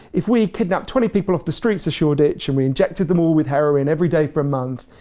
if we kidnapped twenty people off the streets of shoreditch and we injected them all with heroin everyday for a month,